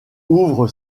ouvre